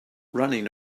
running